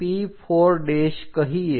ચાલો આપણે તેને P4 કહીએ